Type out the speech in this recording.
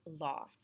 law